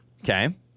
Okay